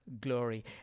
Glory